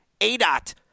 ADOT